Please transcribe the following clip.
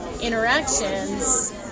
Interactions